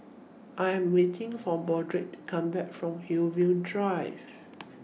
I Am waiting For Broderick to Come Back from Hillview Drive